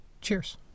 Cheers